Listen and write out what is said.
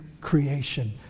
creation